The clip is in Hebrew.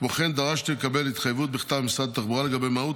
כמו כן דרשתי לקבל התחייבות בכתב ממשרד התחבורה לגבי מהות